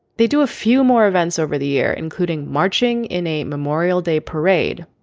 they do a few more events over the year including marching in a memorial day parade.